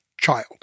child